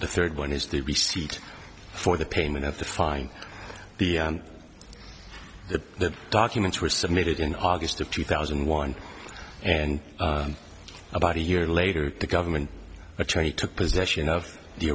the third one is the receipt for the payment of the fine the the documents were submitted in august of two thousand and one and about a year later the government attorney took possession of the